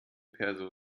perso